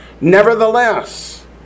Nevertheless